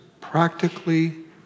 practically